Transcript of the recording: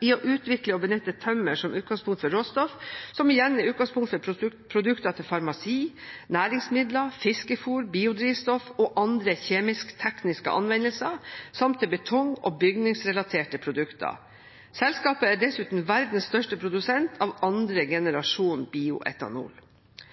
i å utvikle og benytte tømmer som utgangspunkt for råstoff, som igjen er utgangspunkt for produkter til farmasi, næringsmidler, fiskefôr, biodrivstoff og andre kjemisk-tekniske anvendelser, samt i betong og bygningsrelaterte produkter. Selskapet er dessuten verdens største produsent av 2. generasjon bioetanol.